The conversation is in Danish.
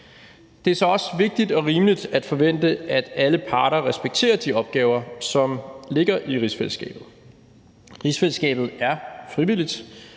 Det er så også vigtigt og rimeligt at forvente, at alle parter respekterer de opgaver, som ligger i rigsfællesskabet. Rigsfællesskabet er frivilligt.